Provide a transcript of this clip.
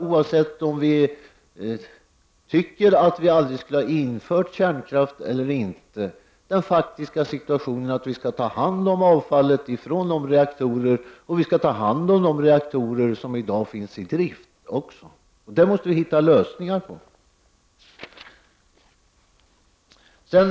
Oavsett om vi tycker att vi aldrig skulle ha infört kärnkraft eller inte har vi den faktiska situationen att vi skall ta hand om de reaktorer som i dag finns i drift och avfallet från dem.